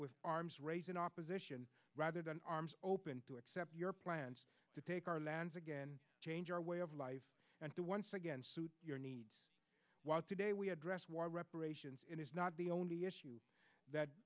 with arms raised in opposition rather than arms open to accept your plans to take our lands again change our way of life and to once again suit your needs while today we address war reparations it is not the only issue that